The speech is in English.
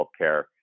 healthcare